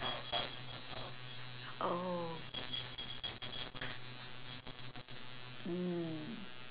oh mm